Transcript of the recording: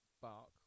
Bark